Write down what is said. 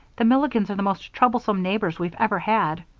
the milligans are the most troublesome neighbors we've ever had.